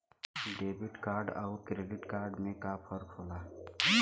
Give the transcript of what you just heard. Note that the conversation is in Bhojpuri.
डेबिट कार्ड अउर क्रेडिट कार्ड में का फर्क होला?